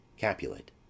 Capulet